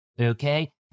okay